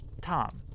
Tom